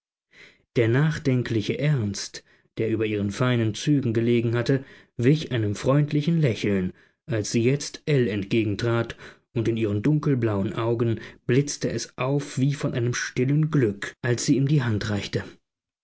der nachdenkliche ernst der über ihren feinen zügen gelegen hatte wich einem freundlichen lächeln als sie jetzt ell entgegentrat und in ihren dunkelblauen augen blitzte es auf wie von einem stillen glück als sie ihm die hand reichte